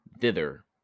thither